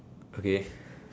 okay